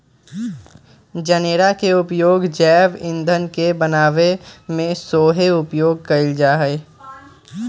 जनेरा के उपयोग जैव ईंधन के बनाबे में सेहो उपयोग कएल जाइ छइ